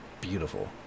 Beautiful